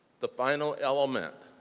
the final element